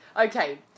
Okay